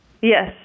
Yes